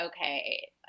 okay